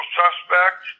suspect